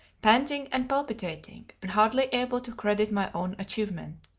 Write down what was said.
panting and palpitating, and hardly able to credit my own achievement.